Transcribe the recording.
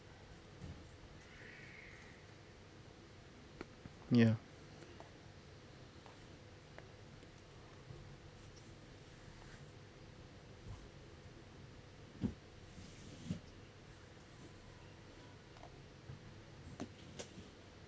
ya